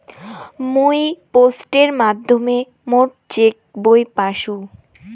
মুই পোস্টের মাধ্যমে মোর চেক বই পাইসু